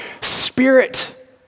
spirit